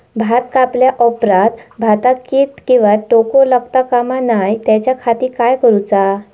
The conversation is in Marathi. भात कापल्या ऑप्रात भाताक कीड किंवा तोको लगता काम नाय त्याच्या खाती काय करुचा?